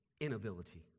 inability